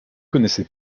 connaissait